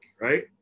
right